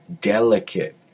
delicate